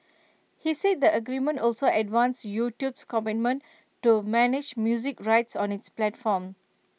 he said the agreement also advanced YouTube's commitment to manage music rights on its platform